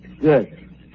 good